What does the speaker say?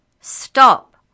Stop